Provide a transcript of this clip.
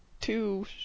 two